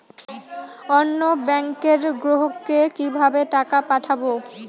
অন্য ব্যাংকের গ্রাহককে কিভাবে টাকা পাঠাবো?